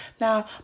Now